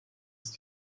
ist